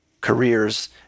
careers